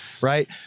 right